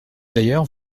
d’ailleurs